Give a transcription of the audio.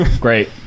great